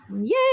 Yay